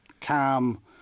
calm